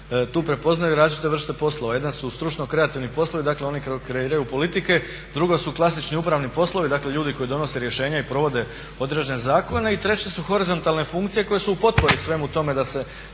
tu prepoznali različite vrste poslova, jedan su stručno kreativni poslovi, dakle oni kreiraju politike, drugo su klasični upravni poslovi, dakle ljudi koji donose rješenja i provode određene zakone i treće su horizontalne funkcije koje su u potpori svemu tome da to